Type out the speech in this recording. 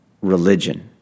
religion